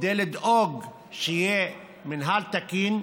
כדי לדאוג שיהיה מינהל תקין,